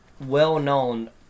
well-known